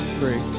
three